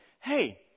hey